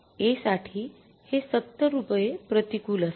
A साठी हे ७० रूपये प्रतिकूल असेल